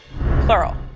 Plural